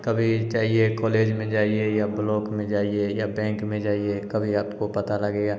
कभी जाइए कॉलेज में जाइए या ब्लॉक में जाइए या बैंक में जाइए कभी आपको पता लगेगा